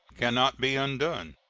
can not be undone,